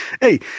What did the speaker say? hey